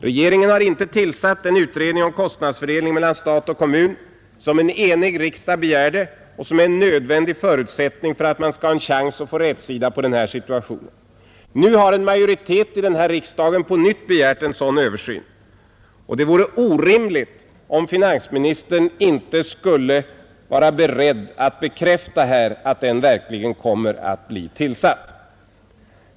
Regeringen har inte tillsatt den utredning om kostnadsfördelningen mellan stat och kommun som en enig riksdag begärde och som är en nödvändig förutsättning för att man skall kunna få rätsida på den här situationen. Nu har en majoritet i riksdagen på nytt begärt en sådan översyn. Det vore orimligt om finansministern inte skulle vara beredd att här bekräfta att den verkligen kommer att bli tillsatt.